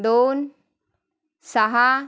दोन सहा